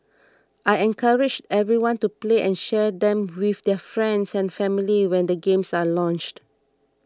I encourage everyone to play and share them with their friends and family when the games are launched